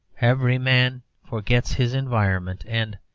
every man forgets his environment and,